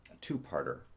two-parter